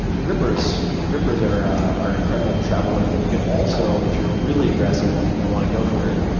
grippers grippers are are incredible to travel with. and you can also, if you're really aggressive and want to go for it,